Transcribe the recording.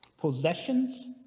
possessions